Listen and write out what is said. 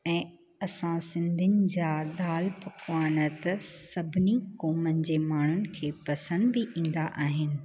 ऐं असां सिंधियुनि जा दालि पकवान त सभिनी क़ौमनि जे माण्हुनि खे पसंदि बि ईंदा आहिनि